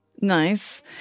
Nice